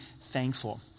thankful